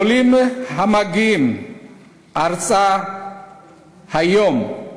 עולים המגיעים ארצה היום,